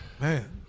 Man